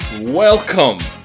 Welcome